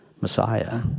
Messiah